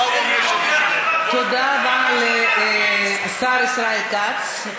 תודה רבה לשר ישראל כץ.